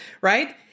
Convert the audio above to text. right